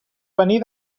venir